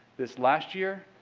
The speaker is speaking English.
this last year,